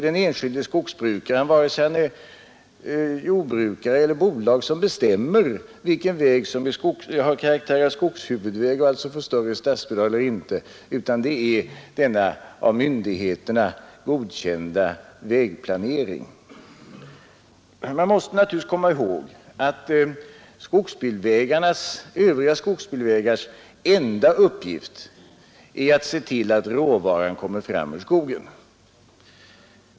Den enskilde skogsbrukaren — vare sig det är en jordbrukare eller ett bolag — kan inte bestämma vilken väg som har karaktär av skogshuvudväg och som alltså får större statsbidrag, utan detta bestäms genom denna av myndigheterna godkända vägplanering. Man måste naturligtvis komma ihåg att övriga skogsbilvägars enda ändamål är att möjliggöra att råvaran kommer fram ur skogen.